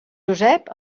josep